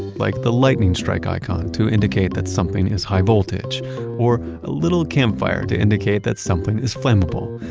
like the lightning strike icon to indicate that something is high voltage or a little campfire to indicate that something is flammable.